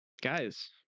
guys